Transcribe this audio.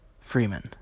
Freeman